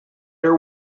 are